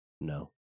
no